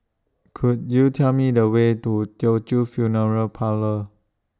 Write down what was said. Could YOU Tell Me The Way to Teochew Funeral Parlour